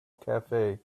cafe